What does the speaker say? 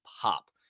pop